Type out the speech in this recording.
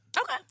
Okay